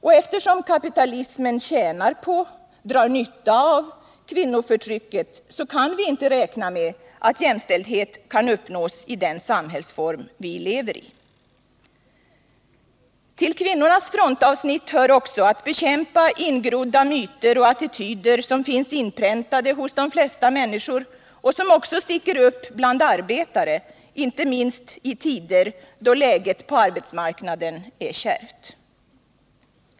Och eftersom kapitalismen tjänar på, drar nytta av kvinnoförtrycket, så kan vi inte räkna med att jämställdhet kan uppnås i den samhällsform vi lever i. Till kvinnornas frontavsnitt hör också att bekämpa ingrodda myter och attityder som finns inpräntade hos de flesta människor och som också sticker upp bland arbetare, inte minst i tider då läget på arbetsmarknaden är kärvt.